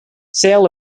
sale